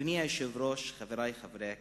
אדוני היושב-ראש, חברי חברי הכנסת,